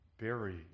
buried